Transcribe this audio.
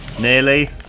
Nearly